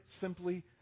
simply